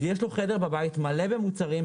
אז יש לו חדר בבית מלא במוצרים,